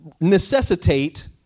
necessitate